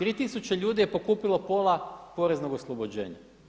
3000 ljudi je pokupilo pola poreznog oslobođenja.